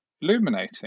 illuminating